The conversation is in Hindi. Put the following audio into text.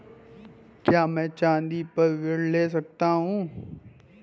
क्या मैं चाँदी पर ऋण ले सकता हूँ?